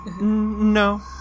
No